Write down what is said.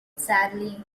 sadly